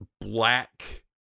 black